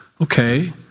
okay